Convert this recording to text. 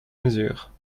mesure